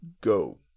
go